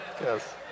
Yes